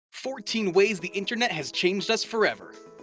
fourteen ways the internet has changed us forever